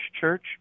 church